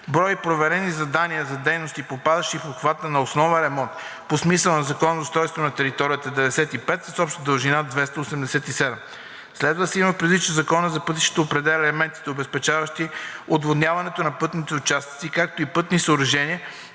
Брой проверени задания за дейности, попадащи в обхвата на основен ремонт по смисъла на Закона за устройство на територията – 95, с обща дължина 287. Следва да се има предвид, че Законът за пътищата определя елементите, обезпечаващи отводняването на пътните участъци, както и пътни съоръжения,